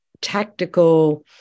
tactical